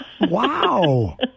Wow